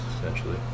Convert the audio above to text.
essentially